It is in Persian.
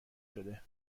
شده